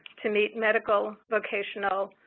to meet medical, vocational,